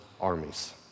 armies